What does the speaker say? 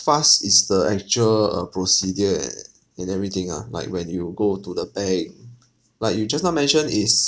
fast is the actual uh procedure in everything ah like when you go to the bank like you just now mentioned it's